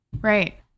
Right